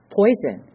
poison